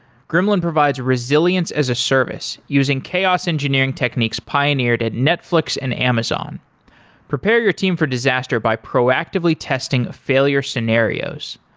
gremlin provides resilience as a service using chaos engineering techniques pioneered at netflix and amazon prepare your team for disaster by proactively testing failure scenarios.